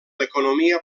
l’economia